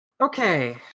Okay